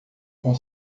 com